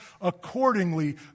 accordingly